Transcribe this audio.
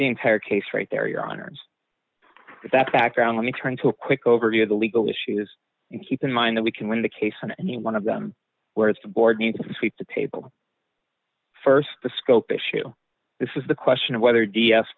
the entire case right there your honor that background let me turn to a quick overview of the legal issues and keep in mind that we can win the case on any one of them whereas the board needs to sweep the table st the scope issue this is the question of whether d s